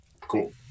Cool